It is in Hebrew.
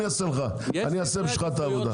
אני אעשה בשבילך את העבודה.